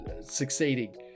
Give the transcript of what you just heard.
succeeding